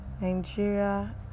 nigeria